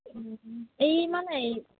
ए मालाय